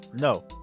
No